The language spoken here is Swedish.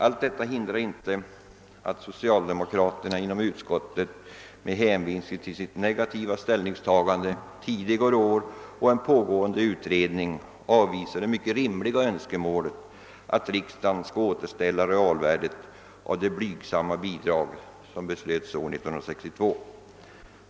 Allt detta hindrar inte att socialdemokraterna inom utskottet med hänvisning till sitt negativa ställningstagande tidigare år och till en pågående utredning avvisar det mycket rimliga önskemålet att riksdagen skall återställa realvärdet av det mycket blygsamma bidrag som riksdagen beslöt år 1962.